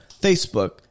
Facebook